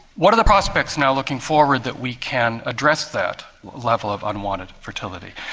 what are the prospects now, looking forward, that we can address that level of unwanted fertility?